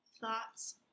thoughts